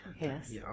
Yes